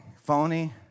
phony